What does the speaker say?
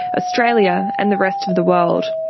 australia, and the rest of the world.